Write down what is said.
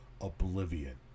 oblivion